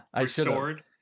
Restored